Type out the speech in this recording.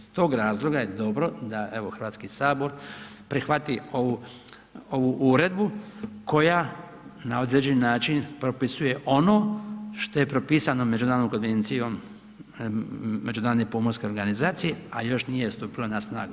Iz tog razloga je dobro da evo Hrvatski sabor prihvati ovu uredbu koja na određeni način propisuje ono što je propisano Međunarodnom konvencijom Međunarodne pomorske organizacije a još nije stupilo na snagu.